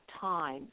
time